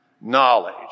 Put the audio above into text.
knowledge